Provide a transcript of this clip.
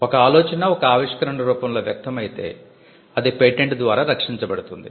ఒక ఆలోచన ఒక ఆవిష్కరణ రూపంలో వ్యక్తమైతే అది పేటెంట్ ద్వారా రక్షించబడుతుంది